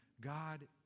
God